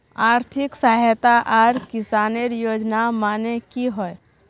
आर्थिक सहायता आर किसानेर योजना माने की होय?